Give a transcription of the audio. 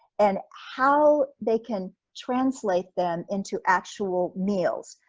and how they can translate them into actual meals.